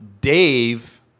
Dave